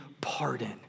pardon